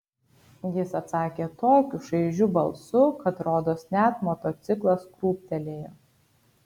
jis atsakė tokiu šaižiu balsu kad rodos net motociklas krūptelėjo